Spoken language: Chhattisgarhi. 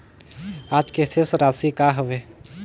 आज के शेष राशि का हवे?